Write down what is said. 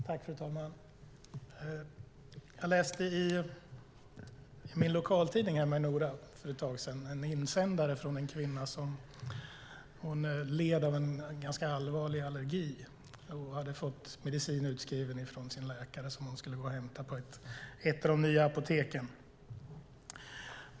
Fru talman! Jag läste i min lokaltidning hemma i Nora för ett tag sedan en insändare från en kvinna som led av en ganska allvarlig allergi och hade fått medicin utskriven av sin läkare som hon skulle hämta på ett av de nya apoteken.